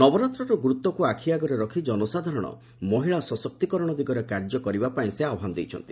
ନବରାତ୍ରର ଗୁରୁତ୍ୱକୁ ଆ ୍ ଆଖିଆଗରେ ରଖି ଜନସାଧାରଣ ମହିଳା ସଶକ୍ତିକରଣ ଦିଗରେ କାର୍ଯ୍ୟ କରିବା ପାଇଁ ସେ ଆହ୍ପାନ ଦେଇଛନ୍ତି